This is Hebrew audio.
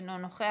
אינו נוכח,